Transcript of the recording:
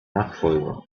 nachfolger